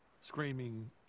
Screaming